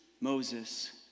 Moses